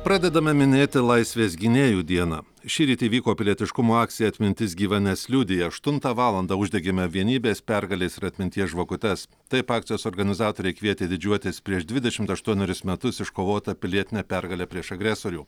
pradedame minėti laisvės gynėjų dieną šįryt įvyko pilietiškumo akcija atmintis gyva nes liudija aštuntą valandą uždegėme vienybės pergalės ir atminties žvakutes taip akcijos organizatoriai kvietė didžiuotis prieš dvidešimt aštuonerius metus iškovotą pilietinę pergalę prieš agresorių